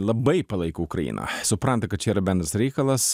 labai palaiko ukrainą supranta kad čia yra bendras reikalas